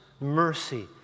mercy